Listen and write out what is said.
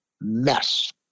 mess